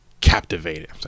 captivated